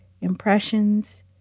impressions